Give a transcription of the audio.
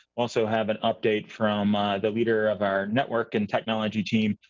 also have an update from the leader of our network and technology team,